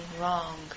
wrong